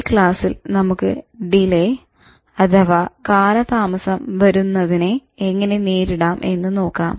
ഈ ക്ലാസ്സിൽ നമുക്ക് ഡിലെ അഥവാ കാലതാമസം വരുന്നതിനെ എങ്ങനെ നേരിടാം എന്ന് നോക്കാം